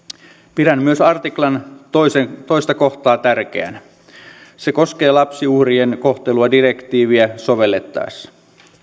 pidän myös ensimmäisen artiklan toinen kohtaa tärkeänä se koskee lapsiuhrien kohtelua direktiiviä sovellettaessa